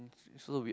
so weird